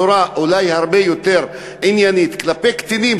אולי הרבה יותר עניינית כלפי קטינים,